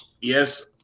yes